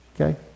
okay